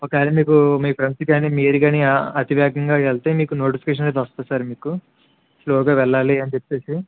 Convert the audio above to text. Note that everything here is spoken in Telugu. ఒకవేళ మీకు మీ ఫ్రెండ్స్ కాని మీరు కాని ఆ అతివేగంగా వెళ్తే మీకు నోటిఫికేషన్ అనేది వస్తుంది సార్ మీకు స్లోగా వెళ్ళాలి అని చెప్పేసి